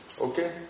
Okay